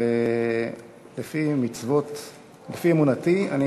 ולפי אמונתי אני